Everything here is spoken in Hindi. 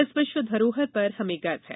इस विश्व धरोहर पर हमें गर्व है